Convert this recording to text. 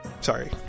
Sorry